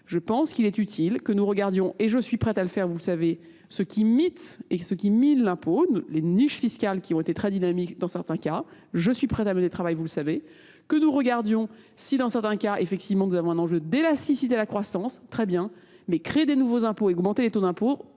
Je pense qu'il est utile que nous regardions, et je suis prête à le faire, vous le savez, ce qui mit et ce qui mine l'impôt, les niches fiscales qui ont été très dynamiques dans certains cas, je suis prête à mener le travail, vous le savez, que nous regardions si dans certains cas effectivement nous avons un enjeu d'élasticité à la croissance, très bien, mais créer des nouveaux impôts, augmenter les taux d'impôts,